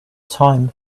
time